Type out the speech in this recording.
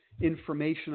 information